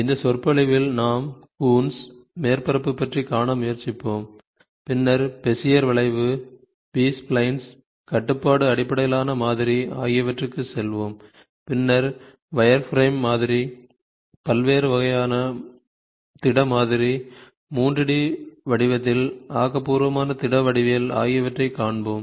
இந்த சொற்பொழிவில் நாம் கூன்ஸ் மேற்பரப்பு பற்றி காண முயற்சிப்போம் பின்னர் பெசியர் வளைவு பி ஸ்ப்லைன்ஸ் கட்டுப்பாட்டு அடிப்படையிலான மாதிரி ஆகியவற்றிற்குச் செல்வோம் பின்னர் வயர்ஃப்ரேம் மாதிரி பல்வேறு வகையான திட மாதிரி 3 D வடிவத்தில் ஆக்கபூர்வமான திட வடிவியல் ஆகியவற்றைக் காண்போம்